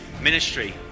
ministry